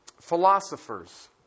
philosophers